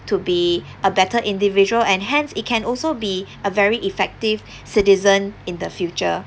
to be a better individual and hence it can also be a very effective citizen in the future